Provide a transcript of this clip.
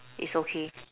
is okay